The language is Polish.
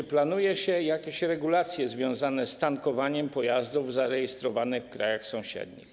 Czy planuje się regulacje związane z tankowaniem pojazdów zarejestrowanych w krajach sąsiednich?